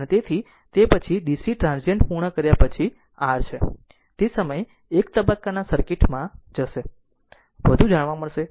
તેથી તે પછીથી DC ટ્રાન્ઝિંટ પૂર્ણ કર્યા પછી r છે તે સમયે એક તબક્કાના સર્કિટ માં જશે વધુ જાણવા મળશે